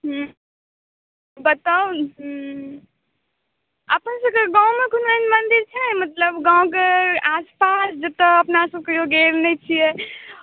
हॅं बताउ हॅं अपना सबके गाॅंवोमे कोनो एहन मंदिर छै मतलब गाँव के आसपास जतय कहियो अपना सब गेल नहि छियै